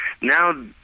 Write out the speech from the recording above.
Now